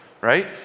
right